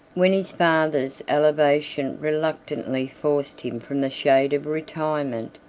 when his father's elevation reluctantly forced him from the shade of retirement,